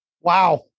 Wow